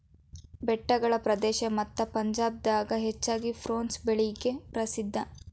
ಬೆಟ್ಟಗಳ ಪ್ರದೇಶ ಮತ್ತ ಪಂಜಾಬ್ ದಾಗ ಹೆಚ್ಚಾಗಿ ಪ್ರುನ್ಸ್ ಬೆಳಿಗೆ ಪ್ರಸಿದ್ಧಾ